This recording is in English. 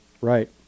Right